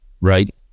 Right